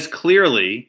clearly